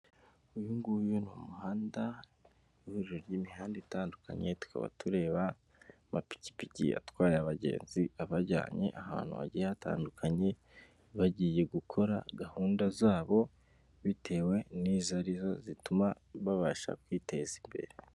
Uyu nguyu ni umuhanda, ihuriro ry'imihanda itandukanye, tukaba tureba amapikipiki atwaye abagenzi abajyanye ahantu hagiye hatandukanye, bagiye gukora gahunda zabo, bitewe n'izo ari zo zituma babasha kwiteza imbere.